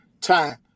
time